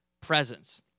presence